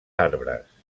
arbres